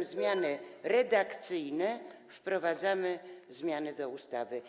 zmiany redakcyjne wprowadzamy zmiany do ustawy.